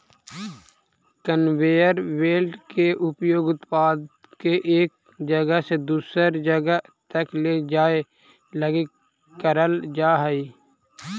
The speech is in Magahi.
कनवेयर बेल्ट के उपयोग उत्पाद के एक जगह से दूसर जगह तक ले जाए लगी करल जा हई